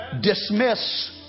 Dismiss